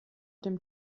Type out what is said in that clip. dem